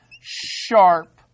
sharp